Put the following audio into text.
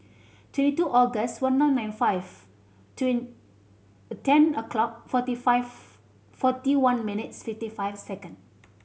twenty two August one nine nine and five ten o'clock forty five forty one minutes fifty five second